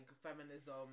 feminism